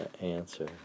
answer